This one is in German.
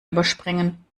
überspringen